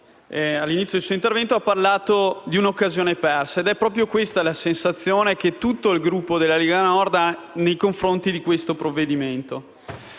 all'inizio del suo intervento la collega Stefani ha parlato di una occasione persa. Ed è proprio questa la sensazione che tutto il Gruppo della Lega Nord ha nei confronti di questo provvedimento.